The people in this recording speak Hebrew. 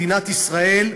מדינת ישראל,